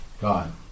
God